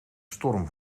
storm